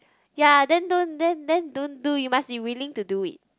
ya then don't then then don't do you must be willing to do it